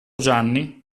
gianni